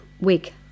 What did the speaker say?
wig